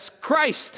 Christ